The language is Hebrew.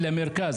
אלא מרכז.